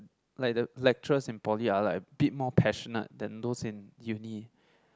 like the lecturers in poly are like a bit more passionate than those in uni